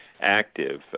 active